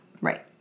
Right